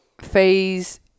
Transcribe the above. phase